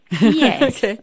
Yes